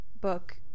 book